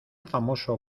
famoso